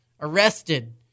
arrested